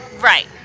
Right